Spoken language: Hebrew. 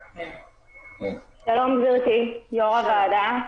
שלום, גברתי יושבת-ראש הוועדה.